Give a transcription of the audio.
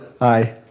Aye